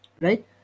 Right